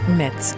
met